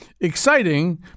exciting